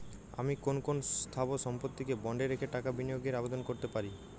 আমি কোন কোন স্থাবর সম্পত্তিকে বন্ডে রেখে টাকা বিনিয়োগের আবেদন করতে পারি?